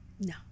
no